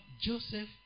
Joseph